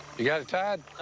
you got it tied?